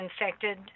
infected